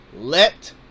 Let